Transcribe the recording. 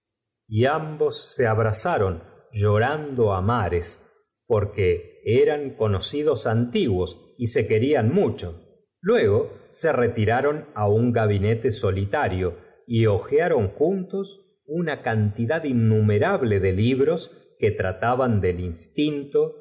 el meambos se abrazaron llorando á mares porque eran conocidos antiguos y se querían m ucho luego se retiaron á un gabinete solitario y hojearon juntos una cantidad innumerable de libros que trataban del instinto